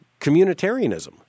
communitarianism